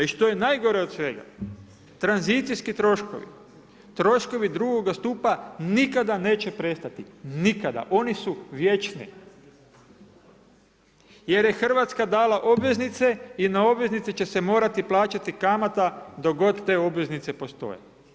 I što je najgore od svega tranzicijski troškovi, troškovi drugoga stupa nikada neće prestati, nikada, oni su vječni jer je Hrvatska dala obveznice i na obveznici će se morati plaćati kamata dok god te obveznice postoje.